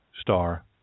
star